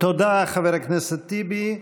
תודה, חבר הכנסת טיבי.